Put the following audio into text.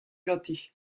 ganti